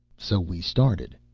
so we started.